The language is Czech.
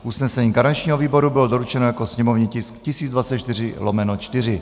Usnesení garančního výboru bylo doručeno jako sněmovní tisk 1024/4.